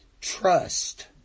Trust